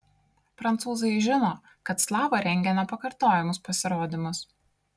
prancūzai žino kad slava rengia nepakartojamus pasirodymus